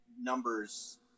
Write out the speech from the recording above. Numbers